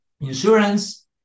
insurance